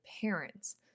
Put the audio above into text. parents